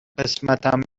قسمتم